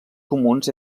comuns